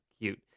cute